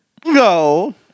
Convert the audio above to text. Go